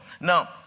Now